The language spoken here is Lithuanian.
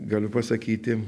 galiu pasakyti